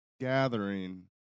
gathering